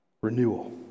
Renewal